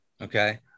Okay